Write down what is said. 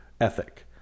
ethic